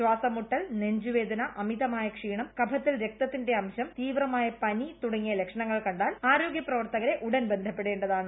ശ്വാസം മുട്ടൽ നെഞ്ചുവേദന അമിതമായ ക്ഷീണം കഫത്തിൽ രക്തത്തിന്റെ അംശം തീവ്രമായ പനി തുടങ്ങിയ ലക്ഷണങ്ങൾ കണ്ടാൽ ആരോഗ്യ പ്രവർത്തകരെ ഉടൻ ബന്ധപ്പെടേണ്ടതാണ്